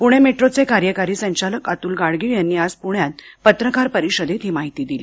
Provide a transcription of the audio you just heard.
पुणे मेट्रोचे कार्यकारी संचालक अतुल गाडगीळ यांनी आज पुण्यात पत्रकार परिषदेत ही माहिती दिली